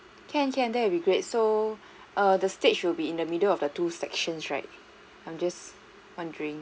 can can that would be great so err the stage will be in the middle of the two sections right I'm just wondering